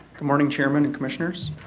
good morning chairman and commissioners